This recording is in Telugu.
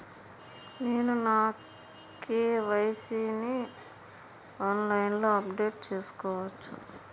నేను నా కే.వై.సీ ని ఆన్లైన్ లో అప్డేట్ చేసుకోవచ్చా?